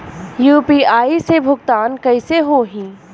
UPI से भुगतान कइसे होहीं?